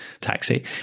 taxi